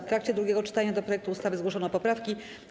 W takcie drugiego czytania do projektu ustawy zgłoszono poprawki.